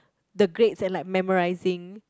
the grades and like memorising